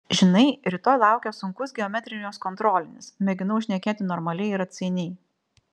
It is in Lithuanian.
žinai rytoj laukia sunkus geometrijos kontrolinis mėginau šnekėti normaliai ir atsainiai